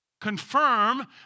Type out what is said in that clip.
Confirm